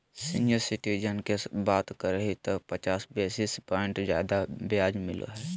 senior citizen के बात करही त पचास बेसिस प्वाइंट ज्यादा ब्याज मिलो हइ